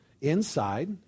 inside